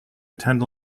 attend